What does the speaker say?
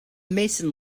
mason